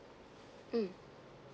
mm